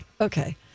Okay